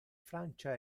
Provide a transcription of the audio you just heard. francia